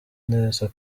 neza